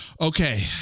okay